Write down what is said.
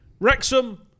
Wrexham